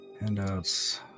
handouts